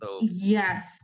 Yes